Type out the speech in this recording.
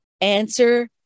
answer